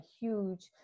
huge